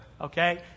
okay